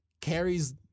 carries